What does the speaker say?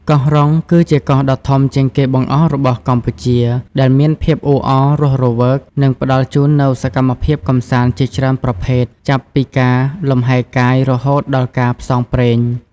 កោះរ៉ុង គឺជាកោះដ៏ធំជាងគេបង្អស់របស់កម្ពុជា ដែលមានភាពអ៊ូអរ រស់រវើក និងផ្តល់ជូននូវសកម្មភាពកម្សាន្តជាច្រើនប្រភេទ ចាប់ពីការលំហែរកាយ រហូតដល់ការផ្សងព្រេង។